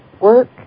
work